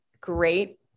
great